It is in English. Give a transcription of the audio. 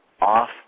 off